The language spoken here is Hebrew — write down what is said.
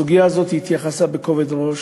היא התייחסה לסוגיה הזאת בכובד ראש,